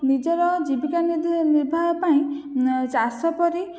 ନିଜର ଜୀବିକା ନିର୍ବାହ ପାଇଁ ଚାଷପରି